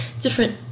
different